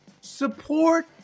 support